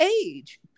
age